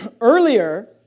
Earlier